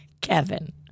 Kevin